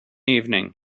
evening